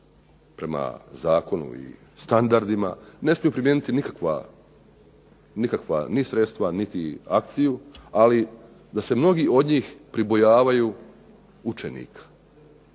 prema zakonu i standardima, ne smiju primijeniti nikakva ni sredstva niti akciju, ali da se mnogi od njih pribojavaju učenika